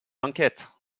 enquête